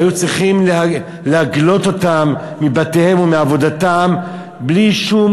היו צריכים להגלות אותם מבתיהם או מעבודתם בלי שום